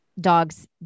dog's